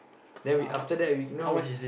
then we after that we you know we